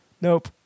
nope